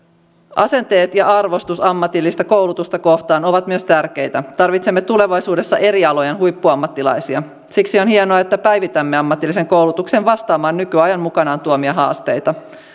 asenteet ja arvostus ammatillista koulutusta kohtaan ovat myös tärkeitä tarvitsemme tulevaisuudessa eri alojen huippuammattilaisia siksi on hienoa että päivitämme ammatillisen koulutuksen vastaamaan nykyajan mukanaan tuomia haasteita